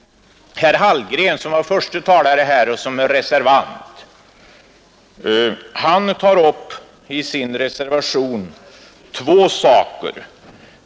Herr Hallgren, som var förste talare, tar i sin reservation upp två saker.